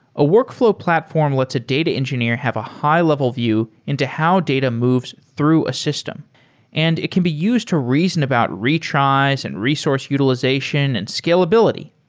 a workflow platform let's a data engineer have a high-level view into how data moves through a system and it can be used to reason about retries and resource utilization and scalability.